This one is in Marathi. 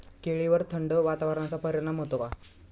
केळीवर थंड वातावरणाचा परिणाम होतो का?